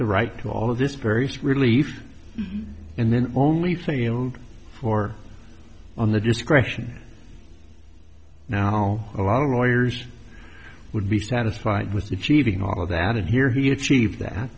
the right to all of this very sick relief and then only thing for on the discretion now a lot of lawyers would be satisfied with the cheating all of that and here he achieved that